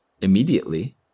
immediately